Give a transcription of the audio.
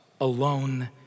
alone